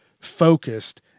focused